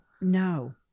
No